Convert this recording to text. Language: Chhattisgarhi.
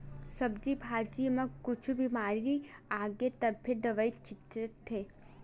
सब्जी भाजी म कुछु बिमारी आगे तभे दवई छितत हे